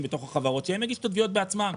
בתוך החברות שהם יגישו את התביעות בעצמם.